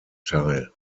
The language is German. teil